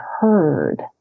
heard